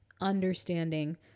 understanding